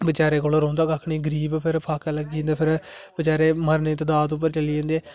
बचारे कोल रौंहदा कक्ख नेईं गरीब फिर फाके लग्गी जंदे फिर बचारे मरने दी कगार उप्पर चली जंदे